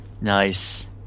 Nice